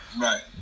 Right